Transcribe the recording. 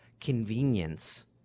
convenience